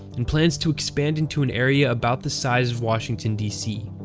and plans to expand into an area about the size of washington dc.